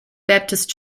baptist